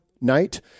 Night